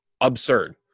absurd